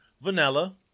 vanilla